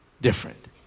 different